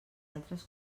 altres